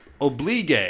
Oblige